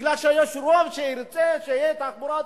שמכיוון שיש רוב שירצה שתהיה תחבורה ציבורית,